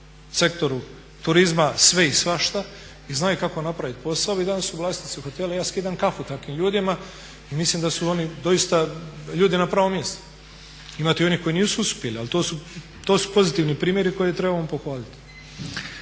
sektoru turizma sve i svašta i znaju kako napravit posao. Oni danas su vlasnici u hotelu, ja skidam kapu takvim ljudima i mislim da su oni doista ljudi na pravom mjestu. Imate i onih koji nisu uspjeli, ali to su pozitivni primjeri koje trebamo pohvaliti.